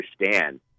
understand